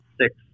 six